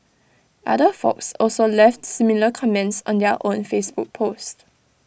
other folks also left similar comments on their own Facebook post